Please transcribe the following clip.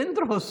פינדרוס.